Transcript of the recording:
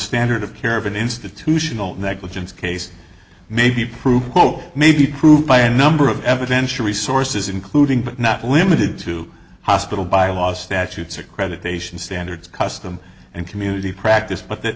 standard of care of an institutional negligence case may be proved hope may be proved by a number of evidential resources including but not limited to hospital by law statutes accreditation standards custom and community practice but th